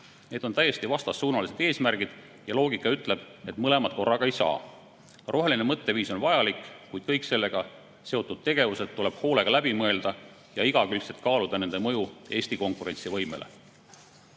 Need on täiesti vastassuunalised eesmärgid ja loogika ütleb, et mõlemat korraga ei saa. Roheline mõtteviis on vajalik, kuid kõik sellega seotud tegevused tuleb hoolega läbi mõelda ja igakülgselt kaaluda nende mõju Eesti konkurentsivõimele.